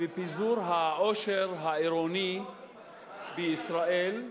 ופיזור העושר העירוני בישראל,